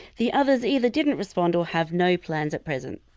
the others either didn't respond or have no plans at present!